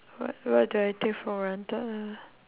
what what do I take for granted ah